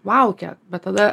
vau kiek bet tada